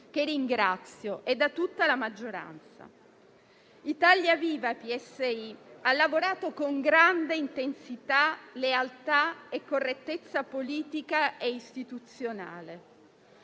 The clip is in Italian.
che ringrazio, e da tutta la maggioranza. Italia Viva-P.S.I. ha lavorato con grande intensità, lealtà e correttezza politica e istituzionale.